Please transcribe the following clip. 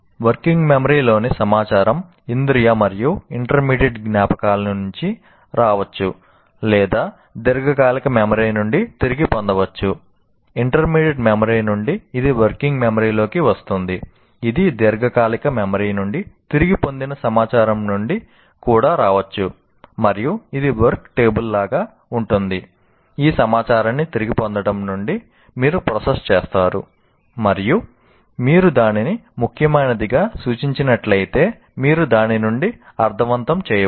working మెమరీలోని సమాచారం ఇంద్రియ మరియు ఇంటర్మీడియట్ జ్ఞాపకాల నుండి రావచ్చు లేదా దీర్ఘకాలిక మెమరీ నుండి తిరిగి పొందవచ్చు